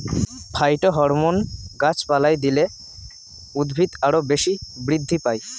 phytohormone গাছপালায় দিলে উদ্ভিদ আরও বেশি বৃদ্ধি পায়